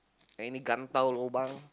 any gan dao lobang